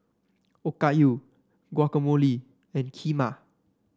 Okayu Guacamole and Kheema